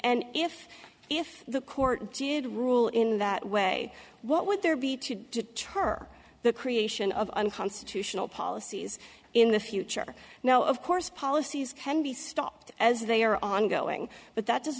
and if if the court did rule in that way what would there be to deter the creation of unconstitutional policies in the future now of course policies can be stopped as they are ongoing but that does